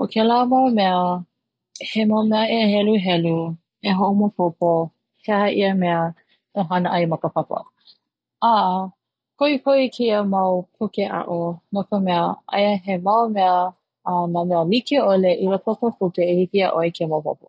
o kela mau mea he mau mea e heluhelu e hoʻomaopopo he aha ia mea e hana ai ma ka papa a koʻikoʻi keia mau puke aʻo no ka mea aia he mau mea a nā mea likeʻole i hiki iāʻoe ke maopopo.